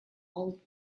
old